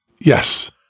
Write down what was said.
yes